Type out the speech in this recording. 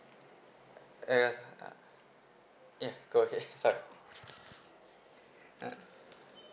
because uh ya go ahead sorry uh